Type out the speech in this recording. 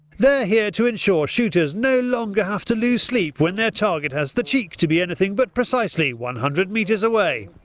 here to ensure shooters no longer have to lose sleep when their target has the cheek to be anything but precisely one hundred metres away.